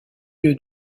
lieu